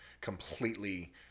completely